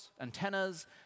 antennas